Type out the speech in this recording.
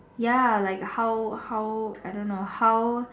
ya like how how I don't know how